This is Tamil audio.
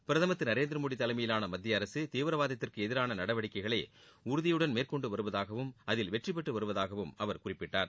பிரதமர் திரு நரேந்திரமோடி தலைமையிலாள மத்திய அரசு தீவிரவாதத்திற்கு எதிராள நடவடிக்கைகளை உறுதியுடன் மேற்கொண்டு வருவதாகவும் அதில் வெற்றி பெற்று வருவதாகவும் அவர் குறிப்பிட்டார்